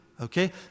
Okay